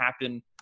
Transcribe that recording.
happen